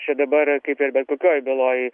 čia dabar kaip ir bet kitoj byloj